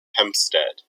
hempstead